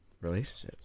relationships